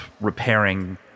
repairing